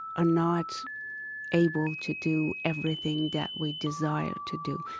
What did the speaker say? are not able to do everything that we desire to do.